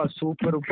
super